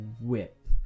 whip